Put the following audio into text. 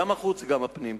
גם החוץ וגם הפנים.